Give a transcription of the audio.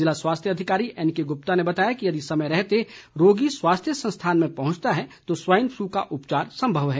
जिला स्वास्थ्य अधिकारी एनके गुप्ता ने बताया कि यदि समय रहते रोगी स्वास्थ्य संस्थान में पहुंचता है तो स्वाइन फ्लू का उपचार संभव है